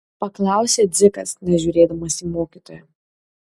paklausė dzikas nežiūrėdamas į mokytoją